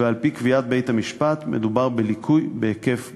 ועל-פי קביעת בית-המשפט מדובר בליקוי בהיקף משמעותי.